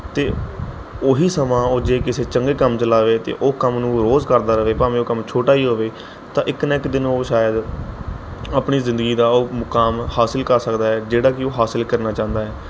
ਅਤੇ ਉਹੀ ਸਮਾਂ ਉਹ ਜੇ ਕਿਸੇ ਚੰਗੇ ਕੰਮ 'ਚ ਲਾਵੇ ਅਤੇ ਉਹ ਕੰਮ ਨੂੰ ਰੋਜ਼ ਕਰਦਾ ਰਵੇ ਭਾਵੇਂ ਉਹ ਕੰਮ ਛੋਟਾ ਹੀ ਹੋਵੇ ਤਾਂ ਇੱਕ ਨਾ ਇੱਕ ਦਿਨ ਉਹ ਸ਼ਾਇਦ ਆਪਣੀ ਜ਼ਿੰਦਗੀ ਦਾ ਉਹ ਮੁਕਾਮ ਹਾਸਿਲ ਕਰ ਸਕਦਾ ਹੈ ਜਿਹੜਾ ਕਿ ਉਹ ਹਾਸਿਲ ਕਰਨਾ ਚਾਹੁੰਦਾ ਹੈ